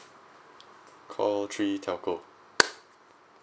call three telco